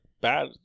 bad